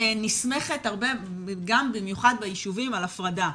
נסמכת במיוחד ביישובים על הפרדה.